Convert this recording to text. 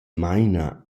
maina